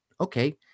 Okay